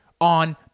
on